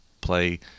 play